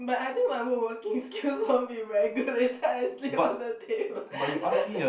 but I think my woodworking skills won't be very good later I sleep on the table